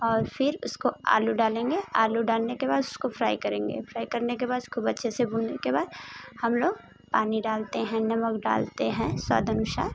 और फ़िर उसको आलू डालेंगे आलू डालने के बाद उसको फ्राई करेंगे फ्राई करने के बाद खूब अच्छे से भुनने के बाद हम लोग पानी डालते हैं नमक डालते हैं स्वाद अनुसार